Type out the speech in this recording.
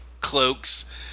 cloaks